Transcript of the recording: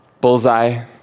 bullseye